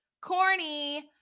corny